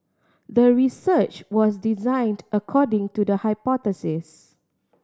the research was designed according to the hypothesis